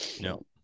no